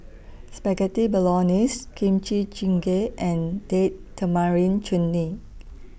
Spaghetti Bolognese Kimchi Jjigae and Date Tamarind Chutney